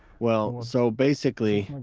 well, so, basically,